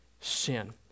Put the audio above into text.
sin